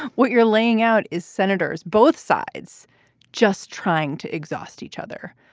what you're laying out is senators, both sides just trying to exhaust each other.